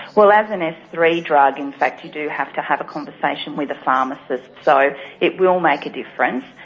well as an s three drug in fact you do have to have a conversation with a pharmacist so it will make a difference.